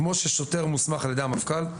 כמו ששוטר מוסמך על ידי המפכ"ל.